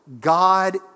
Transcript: God